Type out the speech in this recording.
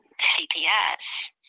cps